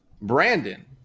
Brandon